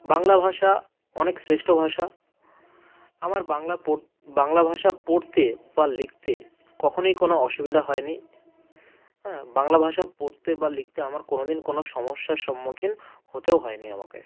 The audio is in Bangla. বাংলা ভাষা অনেক শ্রেষ্ঠ ভাষা আমার বাংলা পড় বাংলা ভাষা পড়তে বা লিখতে কখনোই কোনো অসুবিদা হয় নি হ্যাঁ বাংলা ভাষা পড়তে বা লিখতে আমার কোনোদিন কোনো সমস্যার সম্মুখীন হতেও হয় নি আমাকে